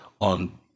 on